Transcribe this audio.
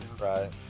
Right